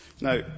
Now